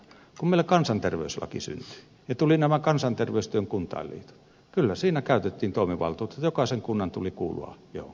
kun meillä kansanterveyslaki syntyi ja tulivat nämä kansanterveystyön kuntainliitot niin kyllä siinä käytettiin toimivaltuutta jokaisen kunnan tuli kuulua johonkin